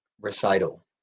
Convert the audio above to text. recital